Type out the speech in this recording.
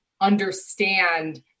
understand